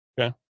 Okay